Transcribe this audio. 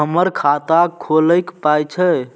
हमर खाता खौलैक पाय छै